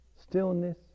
stillness